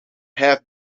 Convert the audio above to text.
have